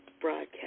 broadcast